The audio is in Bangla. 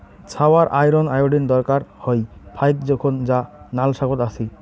ছাওয়ার আয়রন, আয়োডিন দরকার হয় ফাইক জোখন যা নাল শাকত আছি